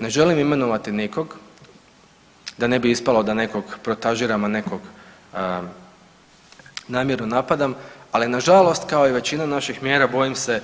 Ne želim imenovati nikog da ne bi ispalo da nekoga protažiram a nekog namjerno napadam, ali na žalost kao i većina naših mjera bojim se